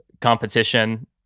competition